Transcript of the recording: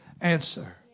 answer